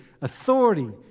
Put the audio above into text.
authority